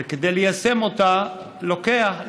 וכדי ליישם אותה לוקח,